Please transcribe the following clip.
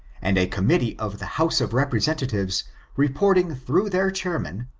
and a committee of the house of representatives reporting through their chairman,